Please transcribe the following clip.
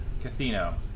casino